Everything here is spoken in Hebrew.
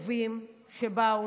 טובים, שבאו.